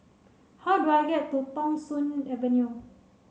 how do I get to Thong Soon Avenue